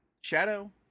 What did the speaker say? Shadow